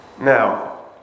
Now